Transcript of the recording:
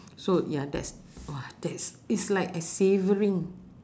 so ya that's !wah! that's it's like a savouring